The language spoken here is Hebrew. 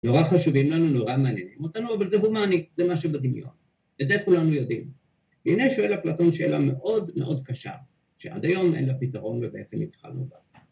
‫נורא חשובים לנו, ‫נורא מעניינים אותנו, ‫אבל זה הומאנית, זה מה שבדמיון. ‫את זה כולנו יודעים. ‫הנה שואל אפלטון שאלה ‫מאוד מאוד קשה, ‫שעד היום אין לה פתרון ‫ובעצם התחלנו בה.